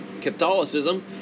Catholicism